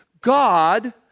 God